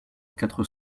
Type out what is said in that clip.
quatre